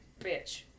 bitch